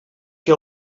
que